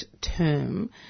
term